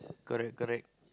correct correct